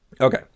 Okay